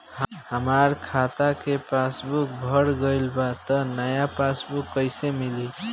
हमार खाता के पासबूक भर गएल बा त नया पासबूक कइसे मिली?